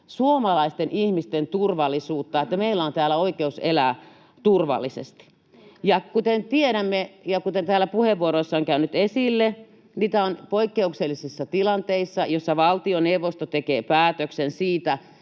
suomalaisten ihmisten turvallisuutta, sitä, että meillä on täällä oikeus elää turvallisesti. Ja kuten tiedämme ja kuten täällä puheenvuoroissa on käynyt esille, niitä on poikkeuksellisissa tilanteissa, joissa valtioneuvosto tekee päätöksen siitä,